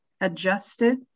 adjusted